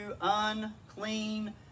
unclean